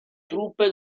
truppe